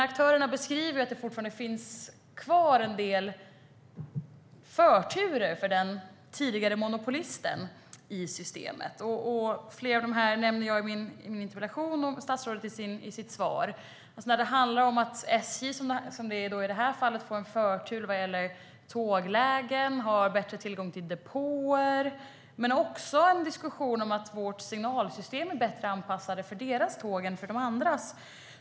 Aktörerna beskriver att det fortfarande finns kvar en del förturer för den tidigare monopolisten i systemet. Flera av dem nämner jag i min interpellation och statsrådet i sitt svar. Det handlar om att, i det här fallet, SJ får förtur vad gäller tåglägen och att de har bättre tillgång till depåer. Men det finns också en diskussion om att signalsystemet är bättre anpassat för SJ:s tåg än för de andras.